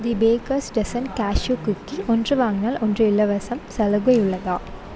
தி baker's dozen cashew cookie ஒன்று வாங்கினால் ஒன்று இலவசம் சலுகை உள்ளதா